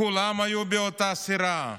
כולם היו באותה הסירה,